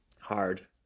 hard